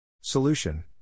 Solution